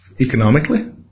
economically